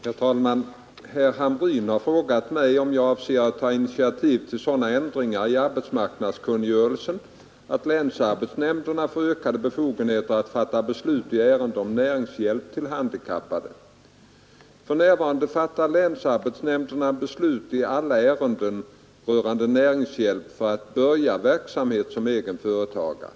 Herr talman! Herr Hamrin har frågat mig om jag avser att ta initiativ till sådana ändringar i arbetsmarknadskungörelsen att länsarbetsnämnderna får ökade befogenheter att fatta beslut i ärenden om näringshjälp till handikappade. För närvarande fattar länsarbetsnämnderna beslut i alla ärenden Nr 118 rörande näringshjälp för att börja verksamhet som egen företagare.